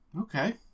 Okay